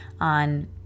on